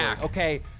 Okay